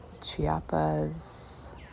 Chiapas